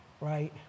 right